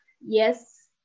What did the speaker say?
Yes